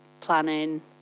planning